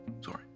sorry